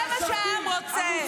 זה מה שהעם רוצה.